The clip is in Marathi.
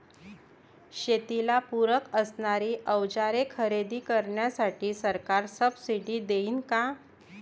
शेतीला पूरक असणारी अवजारे खरेदी करण्यासाठी सरकार सब्सिडी देईन का?